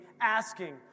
asking